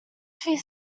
fears